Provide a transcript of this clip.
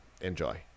enjoy